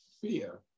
fear